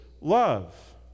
love